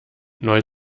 neu